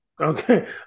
Okay